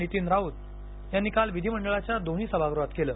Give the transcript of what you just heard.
नितीन राऊत यांनी काल विधिमंडळाच्या दोन्ही सभागृहात केलं